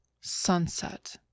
sunset